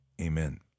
amen